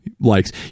likes